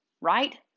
right